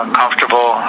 comfortable